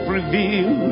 Reveal